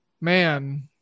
man